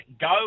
Go